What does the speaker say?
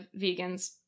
vegans